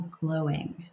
glowing